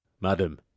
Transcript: Madam